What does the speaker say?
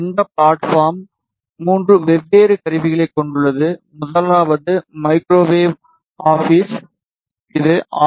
இந்த ப்ளாட்பார்ம் 3 வெவ்வேறு கருவிகளைக் கொண்டுள்ளது முதலாவது மைக்ரோவேவ் ஆபிஸ் இது ஆர்